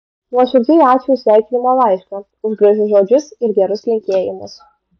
nuoširdžiai ačiū už sveikinimo laišką už gražius žodžius ir gerus linkėjimus